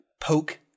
poke